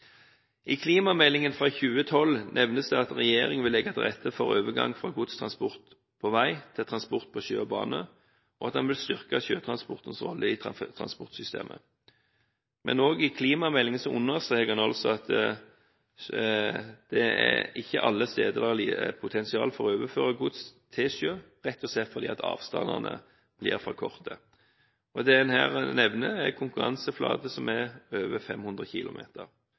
I klimameldingen fra 2012 nevnes det at regjeringen vil legge til rette for overgang fra godstransport på vei til transport på sjø og bane, og at en vil styrke sjøtransportens rolle i transportsystemet. Men òg i klimameldingen understreker en at det ikke er alle steder det er potensial for å overføre gods til sjø, rett og slett fordi avstandene blir for korte. Det en her nevner, er en konkurranseflate som er over 500 km.